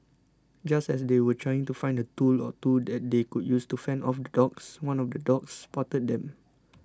just as they were trying to find a tool or two that they could use to fend off the dogs one of the dogs spotted them